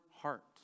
heart